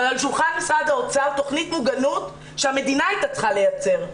תוכנית מוגנות שהמדינה היתה צריכה לייצר.